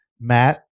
Matt